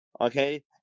Okay